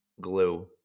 glue